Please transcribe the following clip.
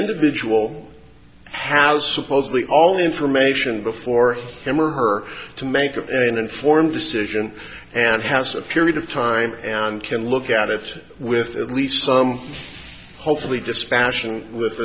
individual has supposedly all the information before him or her to make an informed decision and has a period of time and can look at it with at least some hopefully dispassion with